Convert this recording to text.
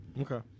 Okay